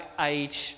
age